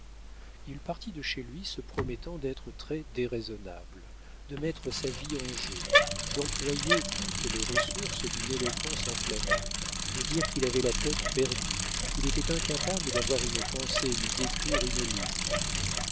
il partit de chez lui se promettant d'être très déraisonnable de mettre sa vie en jeu d'employer toutes les ressources d'une éloquence enflammée de dire qu'il avait la tête perdue qu'il était incapable d'avoir une pensée ni d'écrire une ligne